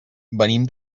venim